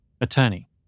Attorney